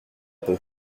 peu